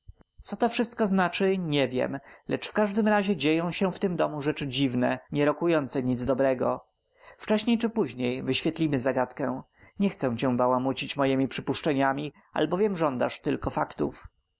co to wszystko znaczy nie wiem lecz w każdym razie dzieją się w tym domu rzeczy dziwne nie rokujące nic dobrego wcześniej czy później wyświetlimy zagadkę nie chcę cię bałamucić mojemi przypuszczeniami albowiem żądasz tylko faktów